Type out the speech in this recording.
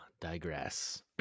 digress